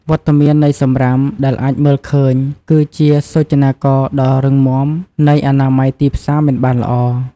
វត្តមាននៃសំរាមដែលអាចមើលឃើញគឺជាសូចនាករដ៏រឹងមាំនៃអនាម័យទីផ្សារមិនបានល្អ។